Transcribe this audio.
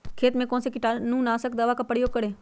खेत में कौन से कीटाणु नाशक खाद का प्रयोग करें?